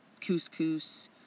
couscous